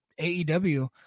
AEW